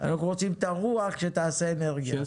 אנחנו רוצים את הרוח שתעשה אנרגיה.